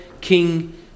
king